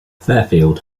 fairfield